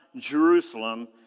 Jerusalem